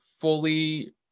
fully